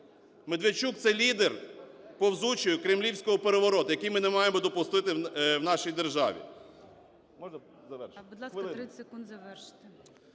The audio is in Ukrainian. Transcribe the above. Медведчук – це лідер повзучого кремлівського перевороту, який ми не маємо допустити в нашій державі.